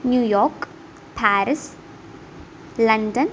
new york Paris London